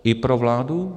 I pro vládu?